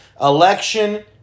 election